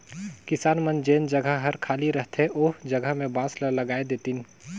किसान मन जेन जघा हर खाली रहथे ओ जघा में बांस ल लगाय देतिन